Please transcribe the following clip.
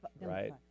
right